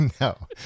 No